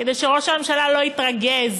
כדי שראש הממשלה לא יתרגז.